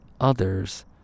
others